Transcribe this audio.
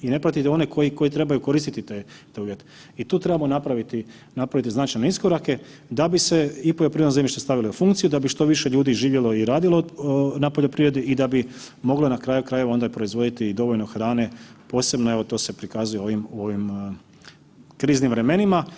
I ne pratiti one koji trebaju koristiti te .../nerazumljivo/... i tu trebamo napraviti značajne iskorake da bi se i poljoprivredno zemljište stavilo u funkciju, da bi što više ljudi živjelo i radilo na poljoprivredi i da bi mogla, na kraju krajeva, onda i proizvoditi dovoljno hrane, posebno evo, to se prikazuje u ovim kriznim vremenima.